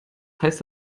heißt